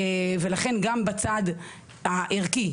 ולכן גם בצד הערכי,